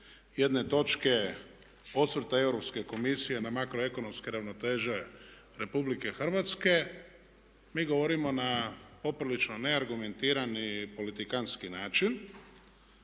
jedne točke osvrta Europske komisije na makro ekonomske ravnoteže Republike Hrvatske mi govorimo na poprilično neargumentiran i politikantski način,